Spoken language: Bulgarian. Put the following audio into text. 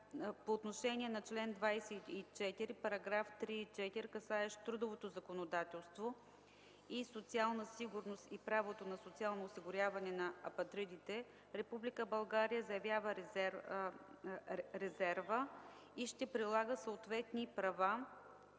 По отношение на чл. 24, §§ 3 и 4, касаещ трудовото законодателство и социална сигурност и правото на социално осигуряване на апатридите, Република България заявява резерва и ще прилага съответните права,